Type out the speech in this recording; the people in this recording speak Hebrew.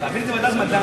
תעביר את זה לוועדת המדע,